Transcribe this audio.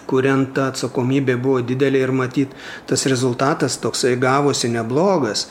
kuriant ta atsakomybė buvo didelė ir matyt tas rezultatas toksai gavosi neblogas